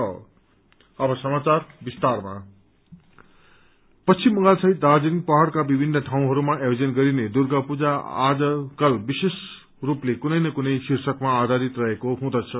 दुर्गा पूजा पश्चिम बंगाल सहित दार्जीलिङ पहाड़का विभिन्न ठाउँहरूमा आयोजन गरिने दुर्गा पूजा आजकल विशेष रूपले कुनै न कुनै शिर्षकमा आधारित रहेको हुँदछ